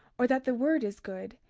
or that the word is good,